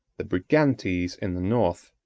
the brigantes in the north,